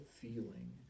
feeling